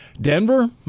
Denver